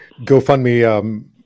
GoFundMe